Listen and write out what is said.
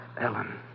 Ellen